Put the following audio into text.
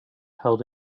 held